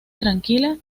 tranquila